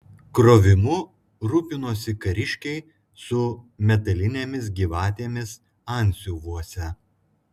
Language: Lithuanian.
krovimu rūpinosi kariškiai su metalinėmis gyvatėmis antsiuvuose